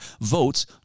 votes